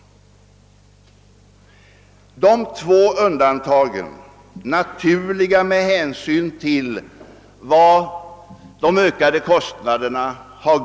Dessa två undantag är naturliga med hänsyn till de ökade kostnader man har.